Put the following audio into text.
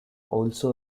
also